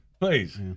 Please